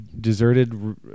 deserted